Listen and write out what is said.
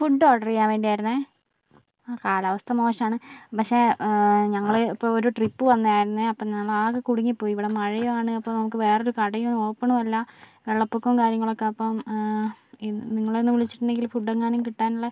food order ചെയ്യാൻ വേണ്ടി ആയിരുന്നേ ആ കാലാവസ്ഥ മോശം ആണ് പക്ഷെ ഞങ്ങളിപ്പോൾ ഒരു ട്രിപ്പ് വന്ന ആയിരുന്നേ അപ്പം ഞങ്ങൾ ആകെ കുടുങ്ങി പോയി ഇവിടെ മഴയും ആണ് അപ്പോൾ നമുക്ക് വേറെ ഒരു കടയും ഓപ്പണും അല്ല വെള്ള പൊക്കവും കാര്യങ്ങളും ഒക്കെ അപ്പം നിങ്ങളെ ഒന്ന് വിളിച്ചിട്ടുണ്ടെങ്കിൽ ഫുഡ് എങ്ങാനും കിട്ടാനുള്ള